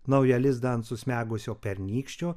naują lizdą ant susmegusio pernykščio